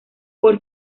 por